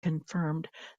confirmed